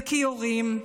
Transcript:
וכי יורים,